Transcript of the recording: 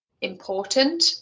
important